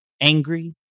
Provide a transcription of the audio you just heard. angry